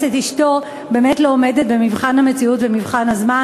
את אשתו באמת לא עומדת במבחן המציאות ומבחן הזמן,